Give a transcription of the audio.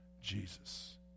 Jesus